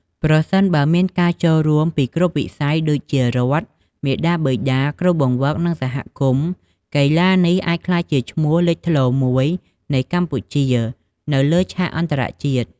ប្រសិនបើមានការចូលរួមពីគ្រប់វិស័យ ដូចជារដ្ឋ មាតាបិតា គ្រូបង្វឹក និងសហគមន៍ កីឡានេះអាចក្លាយជាឈ្មោះលេចធ្លោមួយនៃកម្ពុជា នៅលើឆាកអន្តរជាតិ។